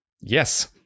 yes